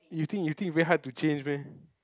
you think you think very hard to change meh